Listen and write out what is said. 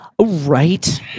Right